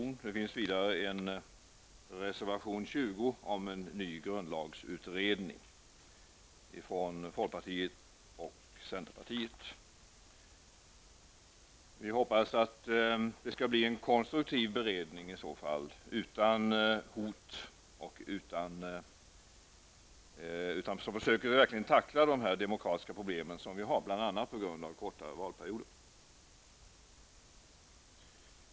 I betänkandet finns vidare en reservation, nr 20, från folkpartiet och centerpartiet om en ny grundlagsutredning. Vi hoppas att det skall bli en konstruktiv beredning i så fall, utan hot, en beredning som verkligen försöker tackla de demokratiska problem som vi har i Sverige, bl.a. på grund av de korta valperioderna.